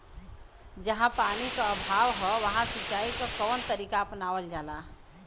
जहाँ पानी क अभाव ह वहां सिंचाई क कवन तरीका अपनावल जा?